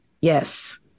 Yes